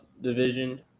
division